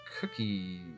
cookie